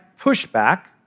pushback